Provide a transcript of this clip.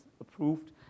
approved